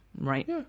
Right